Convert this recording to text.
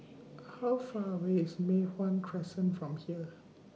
How Far away IS Mei Hwan Crescent from here